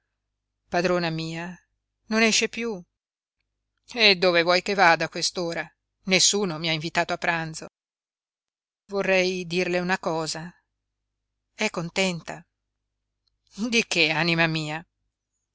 padrona mia non esce piú e dove vuoi che vada a quest'ora nessuno mi ha invitato a pranzo vorrei dirle una cosa è contenta di che anima mia